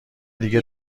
دیگه